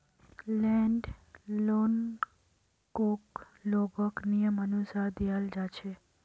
land लोनकको लोगक नियमानुसार दियाल जा छेक